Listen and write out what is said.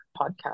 Podcast